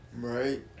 right